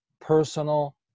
personal